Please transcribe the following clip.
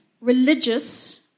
religious